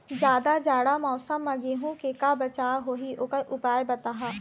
जादा जाड़ा मौसम म गेहूं के का बचाव होही ओकर उपाय बताहा?